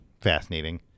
fascinating